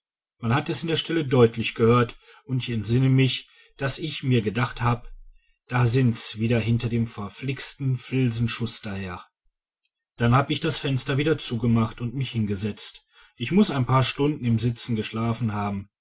man hat es in der stille deutlich gehört und ich entsinne mich daß ich mir gedacht hab da sind's wieder hinter dem verflixten filzenschuster her dann habe ich das fenster wieder zugemacht und mich hingesetzt ich muß ein paar stunden im sitzen geschlafen haben